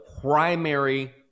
primary